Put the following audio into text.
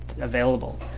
available